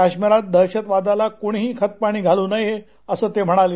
काश्मीरात दहशतवादाला कोणीहै खतपाणी घालू नये असं ते म्हणाले